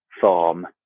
farm